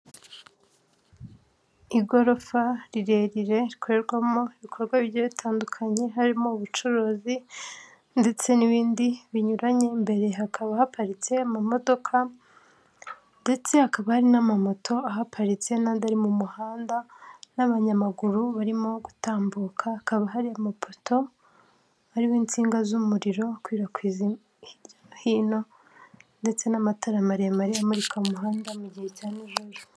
Igorofa rirerire rikorerwamo ibikorwa bigiye bitandukanye, harimo ubucuruzi ndetse n'ibindi binyuranye. Imbere hakaba haparitse amamodoka ndetse akaba ari n'amamoto ahaparitse n'andi ari mu muhanda, n'abanyamaguru barimo gutambuka. Hakaba hari amapoto ariho insinga z'umuriro ukwirakwizwa hirya no hino, ndetse n'amatara maremare amuririka umuhanda mu gihe cya n'ijoro.